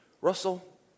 Russell